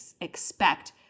expect